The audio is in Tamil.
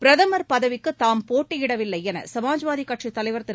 பிரதமர் பதவிக்கு தாம் போட்டியிடவில்லை என சமாஜ்வாதி கட்சித்தலைவர் திரு